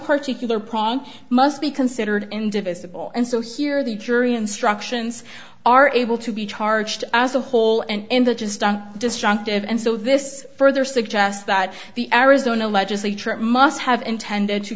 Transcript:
particular prong must be considered indivisible and so here the jury instructions are able to be charged as a whole and that is done destructive and so this further suggests that the arizona legislature must have intended to